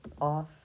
off